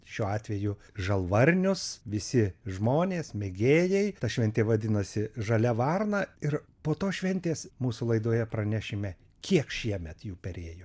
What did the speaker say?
šiuo atveju žalvarinius visi žmonės mėgėjai ta šventė vadinasi žalia varna ir po tos šventės mūsų laidoje pranešime kiek šiemet jų perėjo